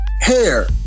hair